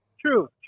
true